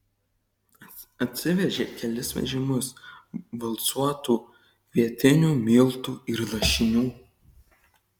atsivežė kelis vežimus valcuotų kvietinių miltų ir lašinių